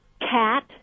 cat